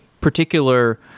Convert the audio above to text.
particular